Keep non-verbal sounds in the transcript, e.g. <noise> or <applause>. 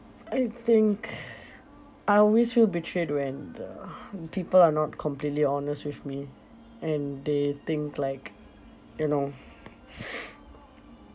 I think I always feel betrayed when uh people are not completely honest with me and they think like you know <noise>